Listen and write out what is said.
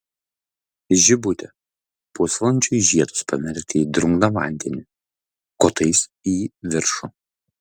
žibutė pusvalandžiui žiedus pamerkti į drungną vandenį kotais į viršų